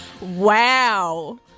Wow